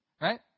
Right